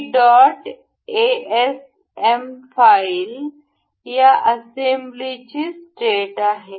he dot A S M file या असेंब्लीची state आहे